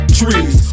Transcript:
trees